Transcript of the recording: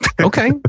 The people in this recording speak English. Okay